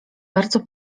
bardzo